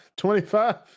$25